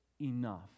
enough